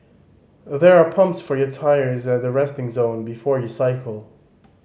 there are pumps for your tyres at the resting zone before you cycle